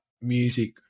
music